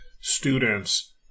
students